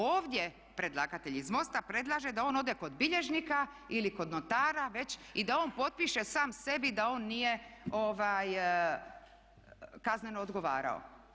Ovdje predlagatelj iz MOST-a predlaže da on ode kod bilježnika ili kod notara već i da on potpiše sam sebi da on nije kazneno odgovarao.